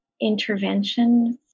Interventions